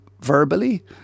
verbally